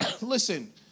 listen